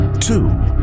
two